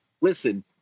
listen